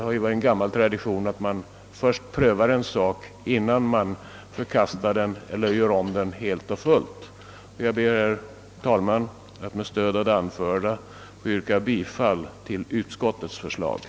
Men det är tradition att vi först prövar en sak, innan vi förkastar den eller gör om den helt och hållet. Herr talman! Med det anförda ber jag att få yrka bifall till utskottets hemställan.